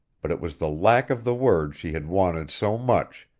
but it was the lack of the word she had wanted so much,